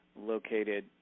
located